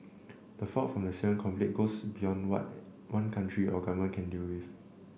the fallout from the Syrian conflict goes beyond what any one country or government can deal with